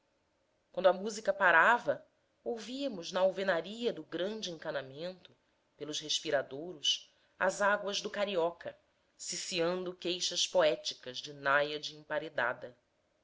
quando a música parava ouvíamos na alvenaria do grande encanamento pelos respiradouros as águas do carioca ciciando queixas poéticas de náiade emparedada